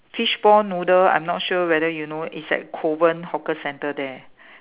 fishball noodle I'm not sure you know is at Kovan hawker centre there